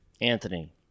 Anthony